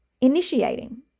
initiating